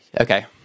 Okay